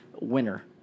winner